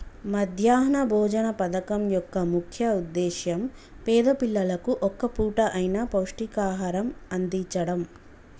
మధ్యాహ్న భోజన పథకం యొక్క ముఖ్య ఉద్దేశ్యం పేద పిల్లలకు ఒక్క పూట అయిన పౌష్టికాహారం అందిచడం